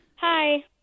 Hi